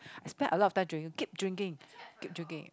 I spend a lot of time drinking keep drinking keep drinking